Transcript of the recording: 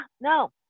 no